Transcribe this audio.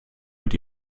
mit